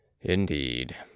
Indeed